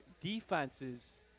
defenses